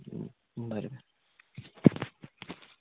बरें बरें